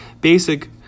basic